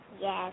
Yes